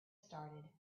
started